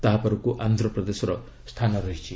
ତାହାପରକୁ ଆନ୍ଧ୍ରପ୍ରଦେଶର ସ୍ଥାନ ରହିଛି